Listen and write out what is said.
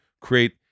create